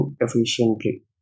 efficiently